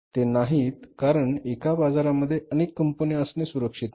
ते नाहीत कारण एका बाजारामध्ये अनेक कंपन्या असणे सुरक्षित नाही